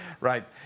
Right